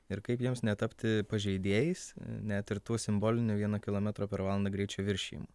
ir kaip jiems netapti pažeidėjais net ir tuo simboliniu vieno kilometro per valandą greičio viršijimu